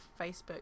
Facebook